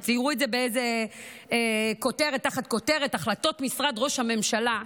ציירו את זה תחת כותרת "החלטות משרד ראש הממשלה".